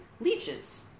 leeches